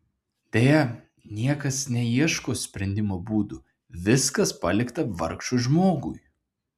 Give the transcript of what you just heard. deja niekas neieško sprendimo būdų viskas palikta vargšui žmogui